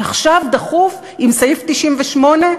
אבל עכשיו, דחוף, עם סעיף 98,